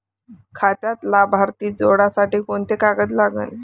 खात्यात लाभार्थी जोडासाठी कोंते कागद लागन?